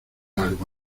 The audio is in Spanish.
algo